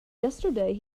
yesterday